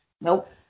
Nope